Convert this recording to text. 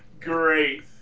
great